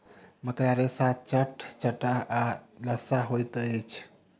मकड़ा रेशा चटचटाह आ लसाह होइत अछि